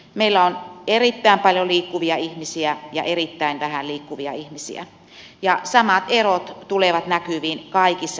meillä on erittäin paljon liikkuvia ihmisiä ja erittäin vähän liikkuvia ihmisiä ja samat erot tulevat näkyviin kaikissa ikäryhmissä